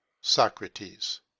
Socrates